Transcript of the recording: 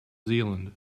zealand